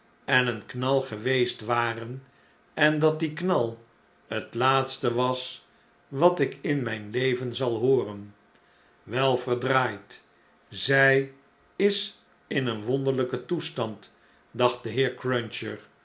en een knal geweest waren en dat die knal het laatste was wat ik in myn leven zal hooren wel verdraaid zg is in een wonderiyken toestand dacht de heer cruncher